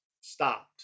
stopped